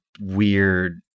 weird